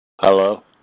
Hello